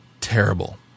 terrible